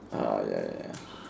ya ya ya